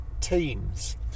Teams